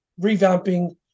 revamping